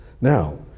Now